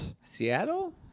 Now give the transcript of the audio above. Seattle